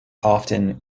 often